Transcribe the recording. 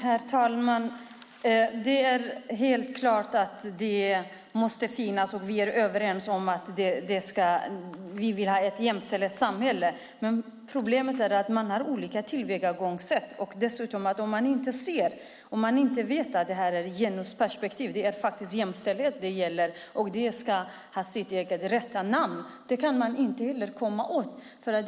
Herr talman! Helt klart måste det vi här talar om finnas. Vi är överens. Vi vill ha ett jämställt samhälle. Problemet är att man har olika tillvägagångssätt. Om man inte vet att det är fråga om genusperspektivet och att det gäller jämställdhet som ska ha rätt benämning kan man inte komma åt det hela.